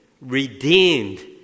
redeemed